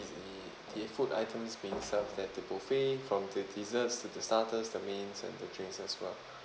the the food items being served at the buffet from the deserts to the starters the main and the drinks as well